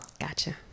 Gotcha